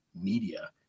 Media